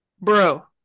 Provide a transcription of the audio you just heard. Bro